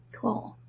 cool